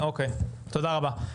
תודה רבה.